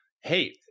Hey